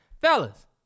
Fellas